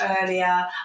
earlier